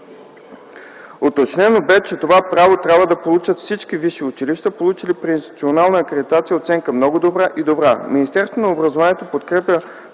Уточнено бе, че това право трябва да получат всички висши училища, получили при институционална акредитация оценка „много добра” и „добра”. Министерството на образованието,